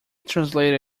translated